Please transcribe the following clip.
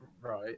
Right